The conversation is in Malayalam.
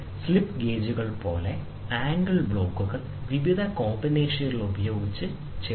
സ്ലിപ്പ് ഗേജുകൾ പോലെ ആംഗിൾ ബ്ലോക്കുകൾ വിവിധ കോമ്പിനേഷനുകളിൽ ഒരുമിച്ച് ചേർക്കാം